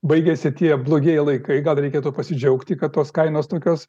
baigėsi tie blogieji laikai gal reikėtų pasidžiaugti kad tos kainos tokios